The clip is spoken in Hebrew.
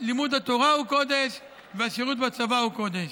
לימוד התורה הוא קודש והשירות בצבא הוא קודש.